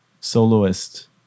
soloist